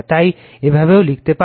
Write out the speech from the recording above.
তাই এভাবেও লিখতে পারেন